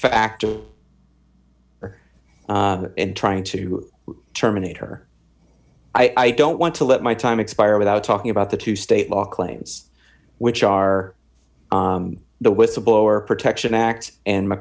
factor or in trying to terminate her i don't want to let my time expire without talking about the two state law claims which are the whistleblower protection act and